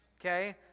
okay